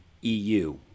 eu